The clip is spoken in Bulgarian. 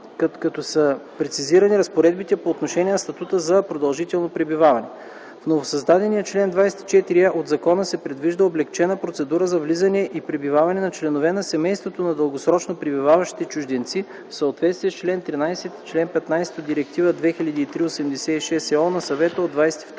като са прецизирани разпоредбите по отношение на статута за продължително пребиваване. В новосъздадения чл. 24е от закона се предвижда облекчена процедура за влизане и пребиваване на членовете на семейството на дългосрочно пребиваващите чужденци, в съответствие с чл. 13 и чл. 15 от Директива 2003/86/ЕО на Съвета от 22